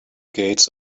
gates